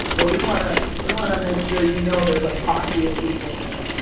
but we wanna, we wanna make sure you know there's a posse of people there,